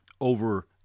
over